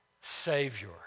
Savior